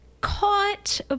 caught